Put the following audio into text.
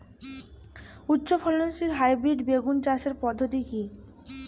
উচ্চ ফলনশীল হাইব্রিড বেগুন চাষের পদ্ধতি কী?